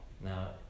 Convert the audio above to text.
Now